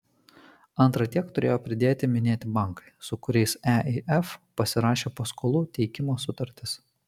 antra tiek turėjo pridėti minėti bankai su kuriais eif pasirašė paskolų teikimo sutartis